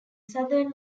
southern